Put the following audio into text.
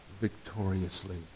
victoriously